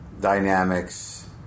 dynamics